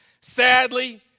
Sadly